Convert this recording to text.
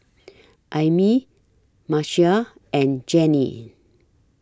Ami Marcia and Jennie